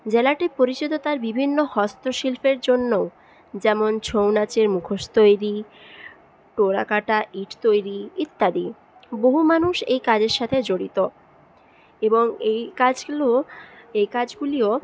জেলাটি পরিচিত তার বিভিন্ন হস্তশিল্পের জন্য যেমন ছৌ নাচের মুখোশ তৈরি টেরাকোটা ইট তৈরি ইত্যাদি বহু মানুষ এই কাজের সাথে জড়িত এবং এই কাজগুলো এই কাজগুলিও